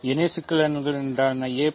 இணைச் சிக்கலெண்கள் என்றால் என்ன